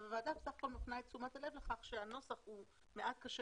הועדה בסך הכול מפנה את תשומת הלב לכך שהנוסח הוא מעט קשה